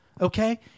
okay